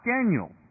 Daniel